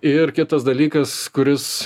ir kitas dalykas kuris